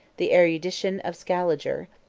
the erudition of scaliger,